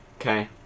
Okay